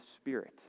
Spirit